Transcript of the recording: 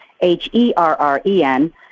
H-E-R-R-E-N